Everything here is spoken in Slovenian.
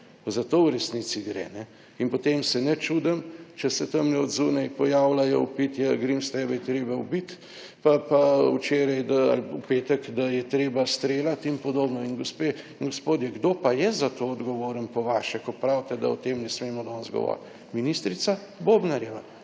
Za to v resnici gre. In potem se ne čudim, če se tamle zunaj pojavljajo v pitje »Grims, tebe je treba ubiti«, pa včeraj ali v petek, da je treba streljati in podobno. In gospe in gospodje, kdo pa je za to odgovoren po vaše, ko pravite, da o tem ne smemo danes govoriti? Ministrica Bobnarjeva.